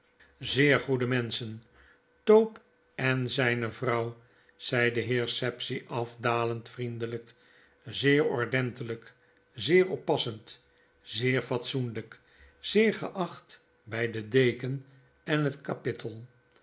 zeer goede menschen tope en zyne vrouw zei de heer sapsea afdalend vriendelyk zeer ordentelijk zeer oppassend zeer fatsoenlyk zeer geacht by den deken en het kapittel